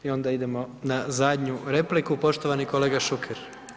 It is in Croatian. I onda idemo na zadnju repliku poštovani kolega Šuker.